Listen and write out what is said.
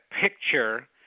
picture